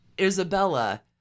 Isabella